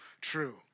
true